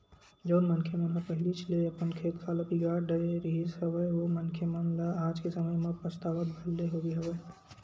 जउन मनखे मन ह पहिलीच ले अपन खेत खार ल बिगाड़ डरे रिहिस हवय ओ मनखे मन ल आज के समे म पछतावत भर ले होगे हवय